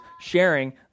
sharing